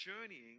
journeying